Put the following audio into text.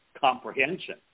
comprehension